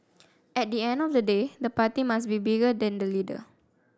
at the end of the day the party must be bigger than the leader